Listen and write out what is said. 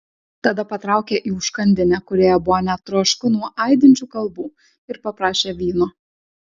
tada patraukė į užkandinę kurioje buvo net trošku nuo aidinčių kalbų ir paprašė vyno